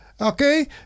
Okay